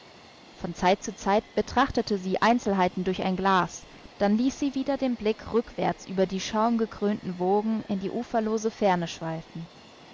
von zeit zu zeit betrachtete sie einzelheiten durch ein glas dann ließ sie wieder den blick rückwärts über die schaumgekrönten wogen in die uferlose ferne schweifen